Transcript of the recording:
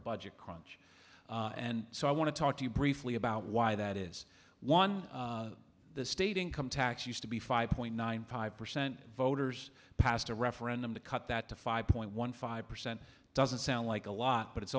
budget crunch and so i want to talk to you briefly about why that is one the state income tax used to be five point nine five percent voters passed a referendum to cut that to five point one five percent doesn't sound like a lot but it's